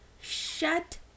Shut